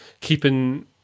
keeping